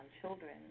children